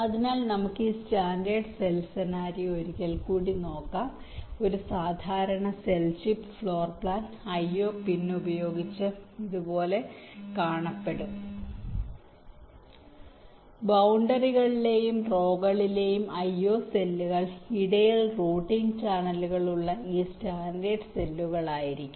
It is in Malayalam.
അതിനാൽ നമുക്ക് ഈ സ്റ്റാൻഡേർഡ് സെൽ സെനാരിയോ ഒരിക്കൽ കൂടി നോക്കാം ഒരു സാധാരണ cell chip floorplan IO pin ഉപയോഗിച്ച് ഇതുപോലെ കാണപ്പെടും ബൌണ്ടറികളിലെയും റോകളിലെയും IO സെല്ലുകൾ ഇടയിൽ റൂട്ടിംഗ് ചാനലുകളുള്ള ഈ സ്റ്റാൻഡേർഡ് സെല്ലുകളായിരിക്കും